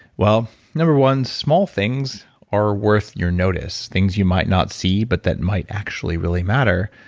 well, number one, small things are worth your notice, things you might not see but that might actually really matter.